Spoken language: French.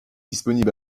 disponible